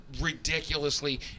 ridiculously